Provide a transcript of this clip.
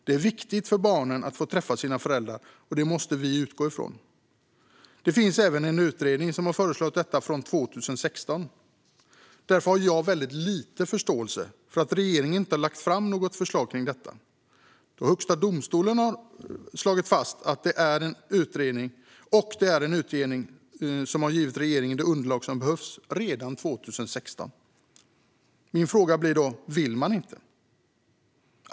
Det är viktigt för barnen att få träffa sina föräldrar, och det måste vi utgå ifrån. Det finns även en utredning från 2016 som har föreslagit detta. Jag har därför väldigt lite förståelse för att regeringen inte har lagt fram något förslag om detta. Högsta domstolen har slagit fast det, och det finns en utredning som redan 2016 har givit regeringen det underlag som behövs. Min fråga blir då: Vill man inte?